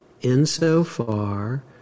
insofar